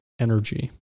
energy